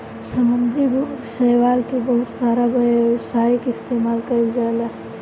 समुंद्री शैवाल के बहुत सारा व्यावसायिक इस्तेमाल कईल जाला